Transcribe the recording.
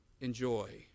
enjoy